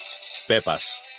Pepas